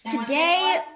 today